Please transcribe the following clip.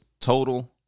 total